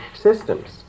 systems